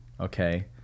okay